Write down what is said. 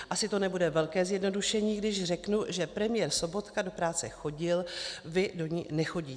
Asi to nebude velké zjednodušení, když řeknu, že premiér Sobotka do práce chodil, vy do ní nechodíte.